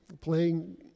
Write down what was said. playing